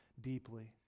deeply